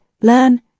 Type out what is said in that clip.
learn